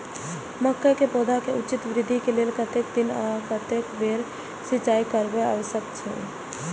मके के पौधा के उचित वृद्धि के लेल कतेक दिन आर कतेक बेर सिंचाई करब आवश्यक छे?